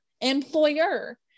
employer